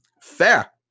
Fair